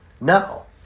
No